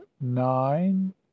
Nine